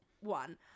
one